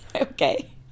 Okay